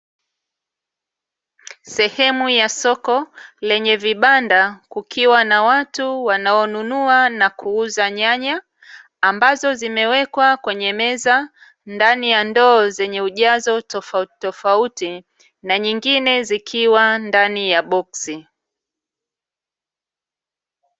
Sehemu ya soko lenye vibanda kukiwa na watu wanaonunua na kuuza nyaya, ambazo zimewekwa kwenye meza ndani ya ndoo zenye ujazo tofautitofauti, na nyingine zikiwa ndani ya boksi.